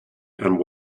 and